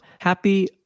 Happy